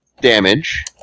damage